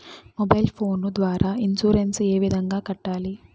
mobile phone ద్వారా insurance ఏ విధంగా కట్టాలి